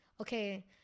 okay